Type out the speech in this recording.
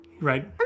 right